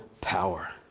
power